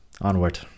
onward